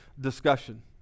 discussion